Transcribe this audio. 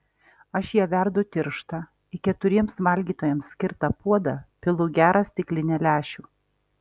aš ją verdu tirštą į keturiems valgytojams skirtą puodą pilu gerą stiklinę lęšių